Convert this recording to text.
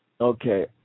Okay